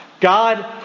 God